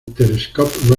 interscope